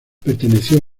perteneció